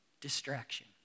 distraction